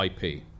IP